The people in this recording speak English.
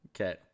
Okay